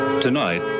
Tonight